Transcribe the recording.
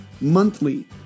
monthly